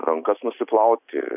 rankas nusiplauti